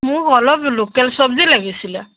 মোক অলপ লোকেল চব্জি লাগিছিলে